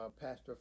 pastor